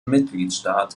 mitgliedstaat